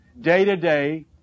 day-to-day